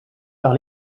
par